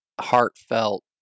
heartfelt